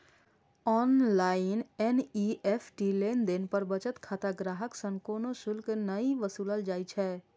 online NEFT लेनदेन पर बचत खाता ग्राहक सं कोनो शुल्क नै वसूलल जाइ छै